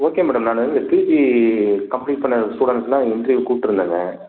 okay madam நான் PG complete பண்ண students எல்லாம் இந்த இன்டர்வியூக்கு கூப்பிட்ருந்தேங்க